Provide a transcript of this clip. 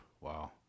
wow